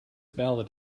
ballad